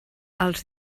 els